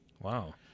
Wow